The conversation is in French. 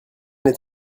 est